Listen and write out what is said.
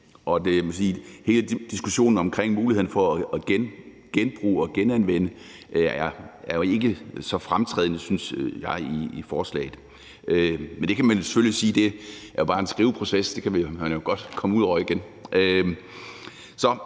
og hele diskussionen omkring mulighederne for at genbruge og genanvende er jo ikke så fremtrædende, synes jeg, i forslaget. Men det kan man jo selvfølgelig sige bare er en skriveproces, og at det kan man jo godt komme ud over igen.